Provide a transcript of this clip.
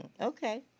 okay